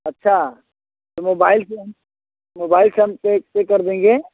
अच्छा तो मोबाइल से हम मोबाइल से हम पे पे कर देंगे